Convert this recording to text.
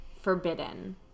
forbidden